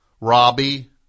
Robbie